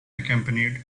accompanied